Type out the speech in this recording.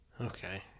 Okay